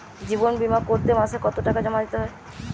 জীবন বিমা করতে মাসে কতো টাকা জমা দিতে হয়?